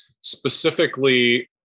specifically